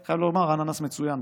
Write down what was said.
ואני חייב לומר שאננס מצוין,